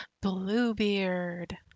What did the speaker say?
bluebeard